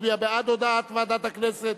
מצביע בעד הודעת ועדת הכנסת,